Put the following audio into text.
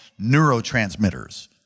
neurotransmitters